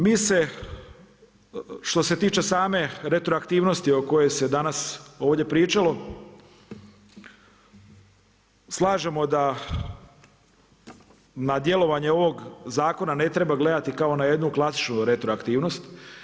Mi se što se tiče same retroaktivnosti o kojoj se danas ovdje pričalo slažemo da na djelovanje ovoga zakona ne treba gledati kao na jednu klasičnu retroaktivnost.